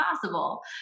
possible